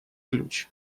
ключ